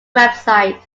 website